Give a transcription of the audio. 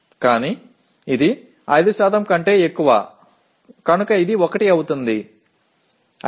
ஆனால் இது 5 க்கும் அதிகமாக உள்ளது எனவே இது 1 ஆகிறது